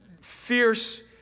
fierce